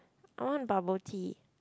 I want bubble tea